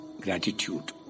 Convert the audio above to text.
gratitude